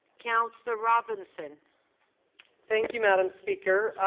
councillor robinson thank you, madame speaker.